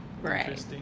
Right